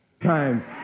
time